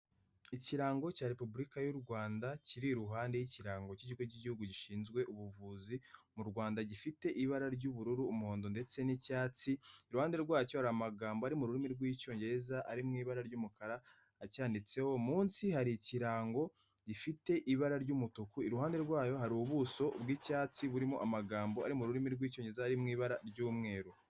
Ikirango cya repubulika y'u Rwanda kiri iruhande y'ikirango cy'ikigo cy'igihugu gishinzwe ubuvuzi mu Rwanda gifite ibara ry'ubururu, umuhondo ndetse n'icyatsi, iruhande rwacyo hari amagambo ari mu rurimi rw'icyongereza ari mu ibara ry'umukara acyanditseho, munsi hari ikirango gifite ibara ry'umutuku, iruhande rwayo hari ubuso bw'icyatsi burimo amagambo ari mu rurimi rw'icyongereza ari mu ibara ry'umweru.